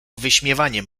wyśmiewaniem